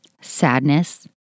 sadness